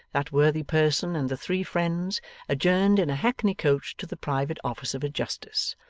that worthy person and the three friends adjourned in a hackney-coach to the private office of a justice,